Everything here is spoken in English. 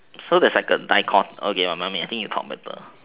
so there's like a dicho~ okay mummy I think you talk better